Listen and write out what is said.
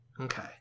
okay